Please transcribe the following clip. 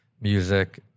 music